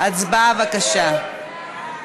ההצעה להסיר מסדר-היום